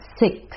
six